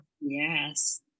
Yes